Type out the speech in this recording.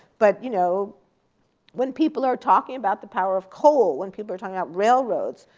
but you know when people are talking about the power of coal, when people are talking about railroads,